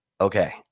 okay